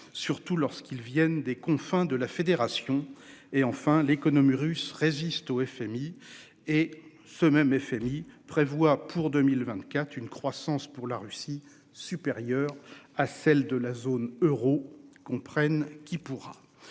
surtout lorsqu'ils viennent des confins de la fédération et enfin l'économie russe résiste au FMI. Et ce même FMI prévoit pour 2024 une croissance pour la Russie supérieure à celle de la zone euro. Comprenne qui pourra.